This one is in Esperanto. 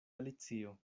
alicio